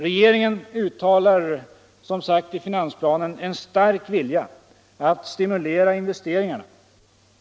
Regeringen uttalar som sagt i finansplanen en stark vilja att stimulera investeringarna.